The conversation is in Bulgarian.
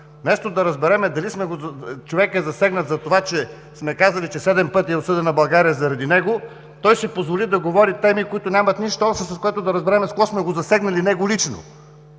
вместо да разберем дали човекът е засегнат за това, че сме казали, че седем пъти е осъдена България заради него, той си позволи да говори по теми, които нямат нищо общо, от което да разберем с какво сме го засегнали лично,